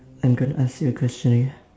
I'm gonna ask you a question okay